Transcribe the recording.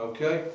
Okay